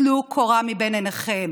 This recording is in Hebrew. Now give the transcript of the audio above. טלו קורה מבין עיניכם.